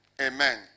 amen